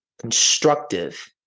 constructive